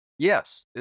Yes